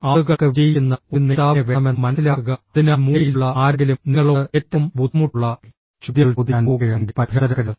ആളുകൾക്ക് വിജയിക്കുന്ന ഒരു നേതാവിനെ വേണമെന്ന് മനസിലാക്കുക അതിനാൽ മൂലയിലുള്ള ആരെങ്കിലും നിങ്ങളോട് ഏറ്റവും ബുദ്ധിമുട്ടുള്ള ചോദ്യങ്ങൾ ചോദിക്കാൻ പോകുകയാണെങ്കിൽ പരിഭ്രാന്തരാകരുത്